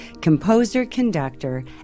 composer-conductor